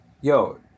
Yo